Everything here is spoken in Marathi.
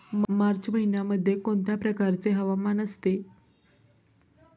मार्च महिन्यामध्ये कोणत्या प्रकारचे हवामान असते?